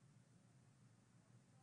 בנושא,